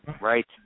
Right